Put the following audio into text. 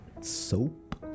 Soap